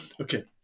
Okay